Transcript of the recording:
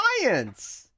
science